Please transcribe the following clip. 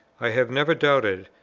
i have never doubted,